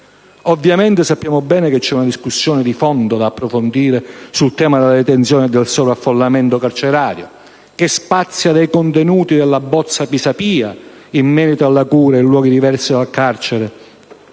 Ovviamente, sappiamo bene che c'è una discussione di fondo da approfondire sul tema della detenzione e del sovraffollamento carcerario, che spazia dai contenuti della bozza Pisapia in merito alla cura in luoghi diversi del carcere